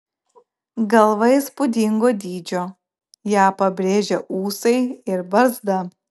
galva įspūdingo dydžio ją pabrėžia ūsai ir barzda